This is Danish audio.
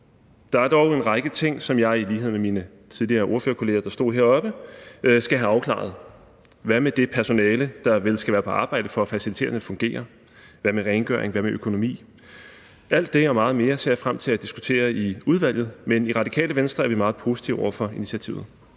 Der er dog en række ting, som jeg i lighed med mine ordførerkolleger, der tidligere har stået heroppe, skal have afklaret. Hvad med det personale, der vel skal være på arbejde for, at faciliteterne fungerer? Hvad med rengøring? Hvad med økonomi? Alt det og meget mere ser jeg frem til at diskutere i udvalget, men i Radikale Venstre er vi meget positive over for initiativet.